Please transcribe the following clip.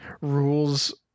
rules